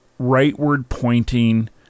rightward-pointing